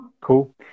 Cool